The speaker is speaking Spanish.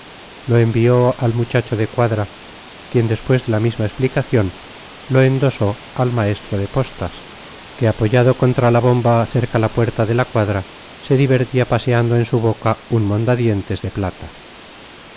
lo envió al muchacho de cuadra quien despues de la misma esplicacioiv lo endosó al maes tro de postas que apoyado contra la bomba cerca la puerta de la cuadra se divertia paseando en su boca un monda dientes de plata